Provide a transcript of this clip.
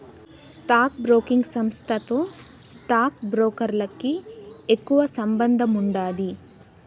stock broking సంస్థతో stock బ్రోకర్లకి ఎక్కువ సంబందముండాది